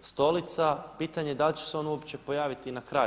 stolica, pitanje je da li će se on uopće pojaviti i na kraju.